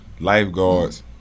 lifeguards